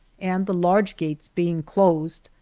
and the large gates being closed,